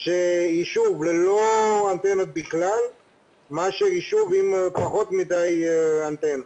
שיישוב ללא אנטנות בכלל מאשר יישוב עם פחות מדי אנטנות.